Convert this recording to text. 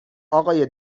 آقای